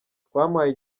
twamuhaye